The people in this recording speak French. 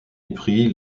épris